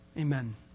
Amen